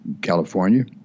California